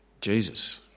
Jesus